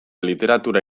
literatura